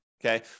Okay